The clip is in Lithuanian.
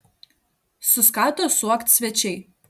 suskato suokt svečiai